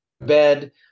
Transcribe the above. bed